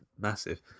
massive